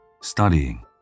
studying